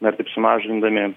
na ir taip sumažindami